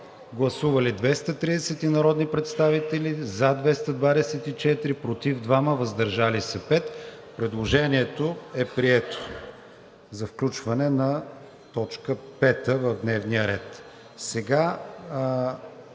Гласували 231 народни представители: за 224, против 2, въздържали се 5. Предложението за включване на точка пета в дневния ред